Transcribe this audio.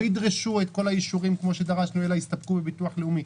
לא ידרשו את כל האישורים כפי שדרשנו אלא יסתפקו בביטוח לאומי?